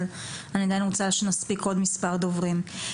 אבל אני עדיין רוצה שנספיק עוד מספר דוברים.